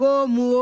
Como